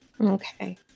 okay